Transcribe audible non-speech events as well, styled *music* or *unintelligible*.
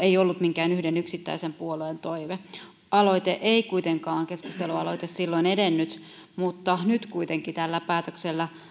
*unintelligible* ei ollut minkään yhden yksittäisen puolueen toive keskustelualoite ei kuitenkaan silloin edennyt mutta nyt kuitenkin tällä päätöksellä